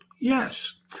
Yes